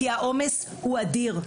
כי העומס הוא אדיר.